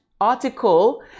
article